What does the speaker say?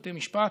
בתי משפט,